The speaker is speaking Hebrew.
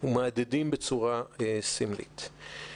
ומהדהדים בצורה סמלית.